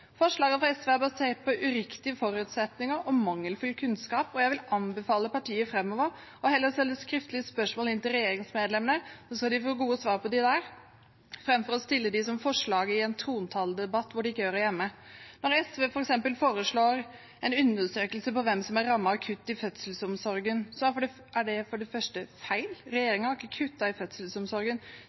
fra SV er basert på uriktige forutsetninger og mangelfull kunnskap, og jeg vil anbefale partiet framover heller å sende skriftlige spørsmål inn til regjeringsmedlemmene og få gode svar på dem der, framfor å stille dem som forslag i en trontaledebatt, hvor de ikke hører hjemme. Når SV f.eks. foreslår en undersøkelse om hvem som er rammet av kutt i fødselsomsorgen, er det for det første feil. Regjeringen har ikke kuttet i fødselsomsorgen.